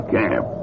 camp